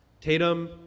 Tatum